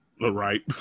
Right